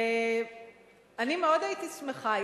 אני מאוד הייתי שמחה,